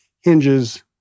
hinges